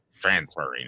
transferring